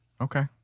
Okay